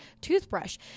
toothbrush